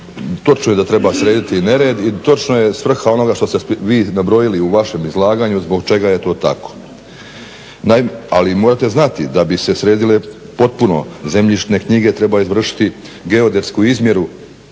točno je da treba srediti nered i točno je svrha onoga što ste vi nabrojili u vašem izlaganju zbog čega je to tako. Ali morate znati da bi se sredile potpuno zemljišne knjige, treba izvršiti geodetsku izmjeru